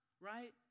right